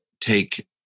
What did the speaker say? take